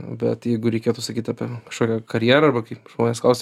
bet jeigu reikėtų sakyt apie kažkokią karjerą arba kaip žmonės klausia